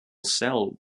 cell